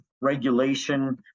regulation